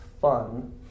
fun